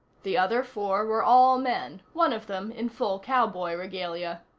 the other four were all men, one of them in full cowboy regalia.